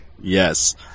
Yes